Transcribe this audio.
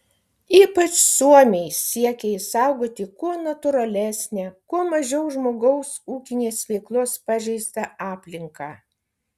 ypač suomiai siekia išsaugoti kuo natūralesnę kuo mažiau žmogaus ūkinės veiklos pažeistą aplinką